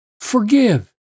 forgive